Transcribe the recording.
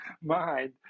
mind